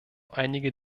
einige